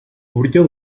uburyo